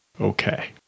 Okay